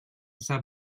sap